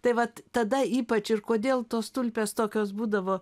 tai vat tada ypač ir kodėl tos tulpės tokios būdavo